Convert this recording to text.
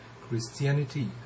Christianity